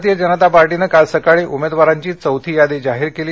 भारतीय जनता पार्टीनं काल सकाळी उमेदवारांची चौथी यादी जाहीर केली